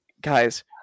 Guys